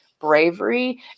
bravery